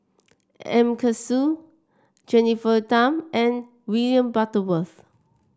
M Karthigesu Jennifer Tham and William Butterworth